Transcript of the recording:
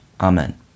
Amen